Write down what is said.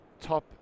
top